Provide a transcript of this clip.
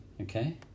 Okay